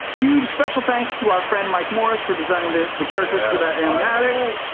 huge special thanks to our friend, mike morris, for designing the the characters for that animatic.